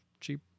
cheap